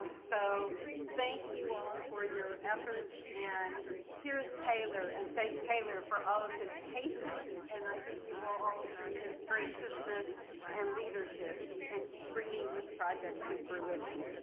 so thank you all for your efforts and here's taylor and thank taylor for all of his patience and i think you will all agree his graciousness and leadership in bringing this project to fruition.